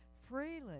freely